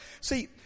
see